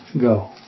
go